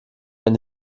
eine